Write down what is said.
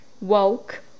woke